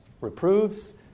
reproves